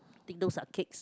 think those are cakes